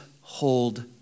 hold